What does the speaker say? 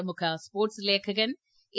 പ്രമുഖ സ്പോർട് ലേഖകൻ എ